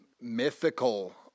mythical